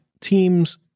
teams